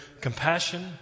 compassion